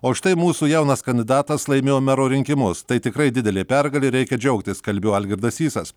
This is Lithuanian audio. o štai mūsų jaunas kandidatas laimėjo mero rinkimus tai tikrai didelė pergalė reikia džiaugtis kalbėjo algirdas sysas